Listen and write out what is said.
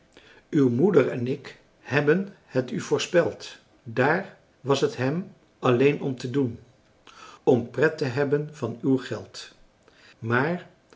uw moeder en ik hebben het u voorspeld daar was het hem alleen om te doen om pret te hebben van uw geld maar